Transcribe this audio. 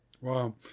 Wow